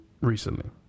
Recently